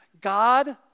God